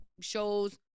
shows